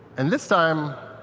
and this time